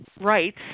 rights